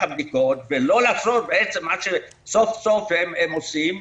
הבדיקות ולא לעשות מה שבעצם סוף-סוף הם עושים.